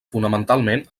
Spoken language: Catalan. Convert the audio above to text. fonamentalment